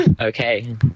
Okay